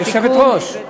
היושבת-ראש.